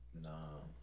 No